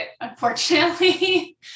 unfortunately